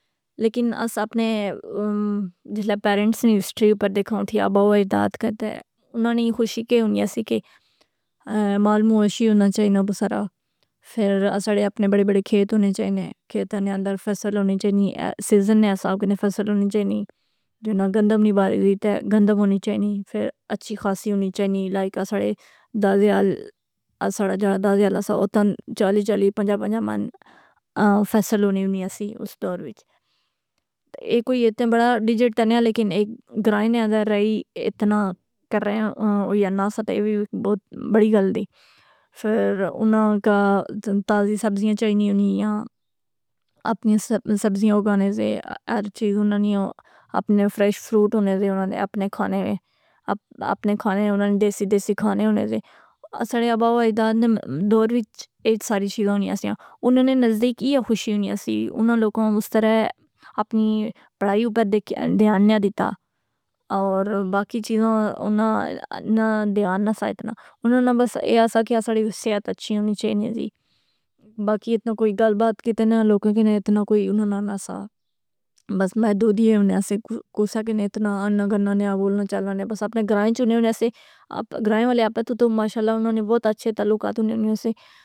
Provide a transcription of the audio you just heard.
لیکن اس اپنے جسلے پیرنٹس نی ہسٹری اپر دکھاں تھیاں اباؤ اجداد کہ تہ اناں نی خوشی کہ ہونیاں سی کہ مال مویشی ہونا چائنہ بصرا، فراساڑے اپنے بڑے بڑے کھیت ہونے چائنے، کھیتانے اندر فصل ہونی چائنی، سیزن نے حساب کنے فصل ہونی چائني، جوہے نہ گندم نی باری ہوی تہ گندم ہونی چائني، لائک اساڑے دادیال اے ساڑا جیڑا دادیال اسا اوتا چالی چالی پانچاں پانچاں من فصل ہونی ہونی اسی اس دور وچ، تہ اے کوئی اتنا بڑا ڈیجیٹ تہ نہ لیکن ایک گرائنیاں دا رہی اتنا کر رہے آں، اوئیناسا تہ اے وی بہت بڑی گل دی۔ فر اناں کا تازی سبزیاں چائني ہونیاں، اپنی سبزیاں اگانے سے، ہر چیز اوناں نیاں اپنی فریش فروٹ ہونے سےاوناں نے اپنے کھانے اوناں نے دیسی دیسی کھانے ہونے سے، ساڈے آباؤاجداد نے دور وچ اے ساری چیزاں ہونیاں سیاں، اناں نے نزدیک ایا خوشی ہونی اسی۔ اناں لوکاں اس طرح اپنی پڑھائی اوپر دھیان نیا دیتا، اور باقی چیزاں نہ اوناں اناں دیھان نہ سا اتنا، اناں ںہ بس اے آسا کہ ساڈی بس صحت اچھی ہونی چيني، باقی اتنا کوئی گل بات کیتا ناں لوکاں کی نہ اتنا کوئی انان نہ سا، بس محدودیہ ہونے آسے، کوسا کی نہ اتنا انّا گنّا نیا بولنا چالنا نیا، بس اپنے گھراں اچ ہونے ہونے آسے، گراۓ والے آپے تو ماشاءاللہ انں نے بہت اچھے تعلقات ہونے ہونے